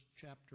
chapter